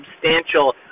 substantial